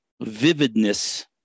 vividness